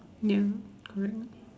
ya correct lor